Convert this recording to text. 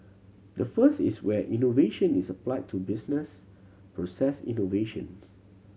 the first is where innovation is applied to business process innovations